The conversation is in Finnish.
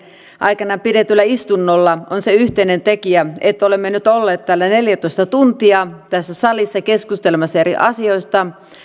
aikana pidetyllä istunnolla on se yhteinen tekijä että olemme nyt olleet neljätoista tuntia täällä tässä salissa keskustelemassa eri asioista